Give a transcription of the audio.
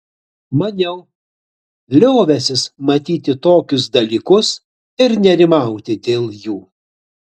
maniau liovęsis matyti tokius dalykus ir nerimauti dėl jų